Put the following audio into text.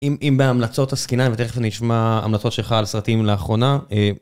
אם בהמלצות עסיקנן, ותכף אני אשמע המלצות שלך על סרטים לאחרונה.